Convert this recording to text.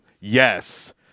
yes